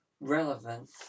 relevant